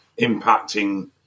impacting